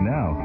Now